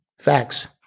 Facts